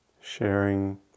sharing